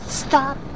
Stop